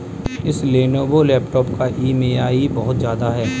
इस Lenovo laptop का EMI बहुत ज्यादा है